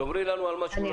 תדברי על מה שהוא לא